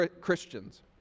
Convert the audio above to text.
Christians